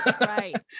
Right